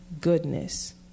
goodness